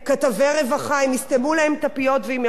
אם יסתמו להם את הפיות ואם יחשיכו את המסך?